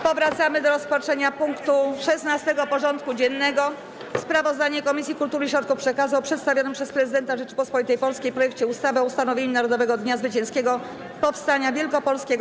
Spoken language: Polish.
Powracamy do rozpatrzenia punktu 16. porządku dziennego: Sprawozdanie Komisji Kultury i Środków Przekazu o przedstawionym przez Prezydenta Rzeczypospolitej Polskiej projekcie ustawy o ustanowieniu Narodowego Dnia Zwycięskiego Powstania Wielkopolskiego.